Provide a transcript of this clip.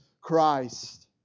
Christ